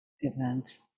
event